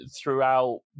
throughout